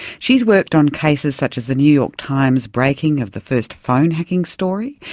she's worked on cases such as the new york times' breaking of the first phone hacking story,